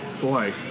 Boy